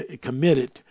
committed